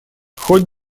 хоть